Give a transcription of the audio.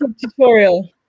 tutorial